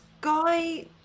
guy